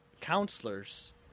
counselors